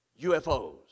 UFOs